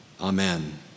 Amen